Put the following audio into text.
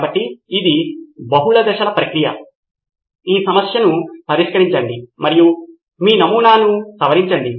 కాబట్టి ఇది బహుళ దశల ప్రక్రియ ఆ సమస్యను పరిష్కరించండి మరియు మీ నమూనాను సవరించండి